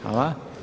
Hvala.